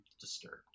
disturbed